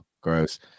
gross